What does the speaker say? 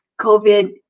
COVID